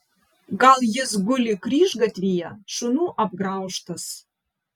gal jis guli kryžgatvyje šunų apgraužtas